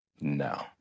no